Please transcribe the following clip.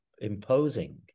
imposing